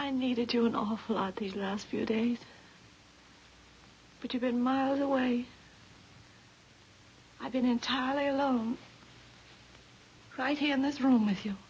i needed you an awful lot these last few days but you've been miles away i've been entirely alone right here in this room with you